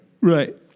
Right